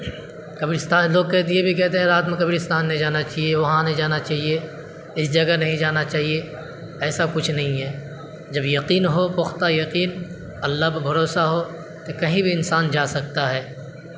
قبرستان لوگ کہہ یہ بھی کہتے ہیں رات میں قبرستتان نہیں جانا چاہیے وہاں نہیں جانا چاہیے اس جگہ نہیں جانا چاہیے ایسا کچھ نہیں ہے جب یقین ہو پختہ یقین اللہ پر بھروسہ ہو تو کہیں بھی انسان جا سکتا ہے